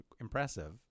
impressive